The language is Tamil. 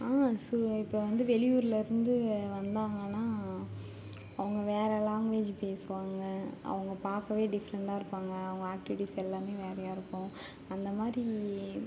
ஆ ஸோ இப்ப வந்து வெளியூரிலேருந்து வந்தாங்கன்னா அவங்க வேறு லாங்குவேஜ் பேசுவாங்க அவங்க பார்க்கவே டிஃப்ரென்ட்டாக இருப்பாங்க அவங்க ஆக்டிவிட்டீஸ் எல்லாமே வேறையா இருக்கும் அந்த மாதிரி